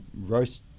roast